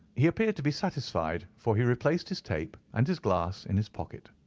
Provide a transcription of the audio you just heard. he appeared to be satisfied, for he replaced his tape and his glass in his pocket.